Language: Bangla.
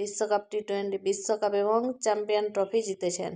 বিশ্বকাপ টি টয়েন্টি বিশ্বকাপ এবং চাম্পিয়ান ট্রফি জিতেছেন